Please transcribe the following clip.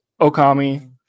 okami